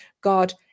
God